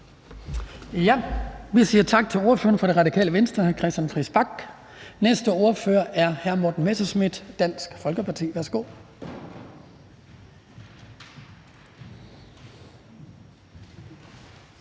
Vi siger tak til ordføreren for Radikale Venstre, hr. Christian Friis Bach. Næste ordfører er hr. Morten Messerschmidt, Dansk Folkeparti. Værsgo.